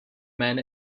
men